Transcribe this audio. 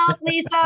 Lisa